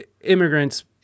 immigrants